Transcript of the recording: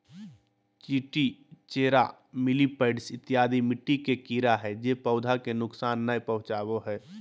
चींटी, चेरा, मिलिपैड्स इत्यादि मिट्टी के कीड़ा हय जे पौधा के नुकसान नय पहुंचाबो हय